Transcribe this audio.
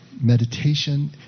meditation